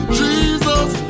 jesus